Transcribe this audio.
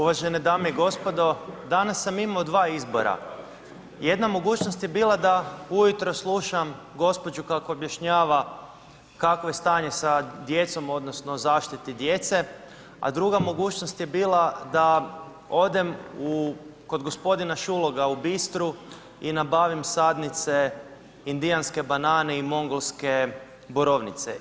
Uvažene dame i gospodo, danas sam imao 2 izbora, jedna mogućnost je bila, da ujutro slušam gospođu kako objašnjava kakvo je stanje sa djecom, odnosno, zaštiti djece, a druga mogućnost je bila, da odem kod gospodina Šuloga u Bistru i nabavim sadnice indijanske banane i mongolske borovnice.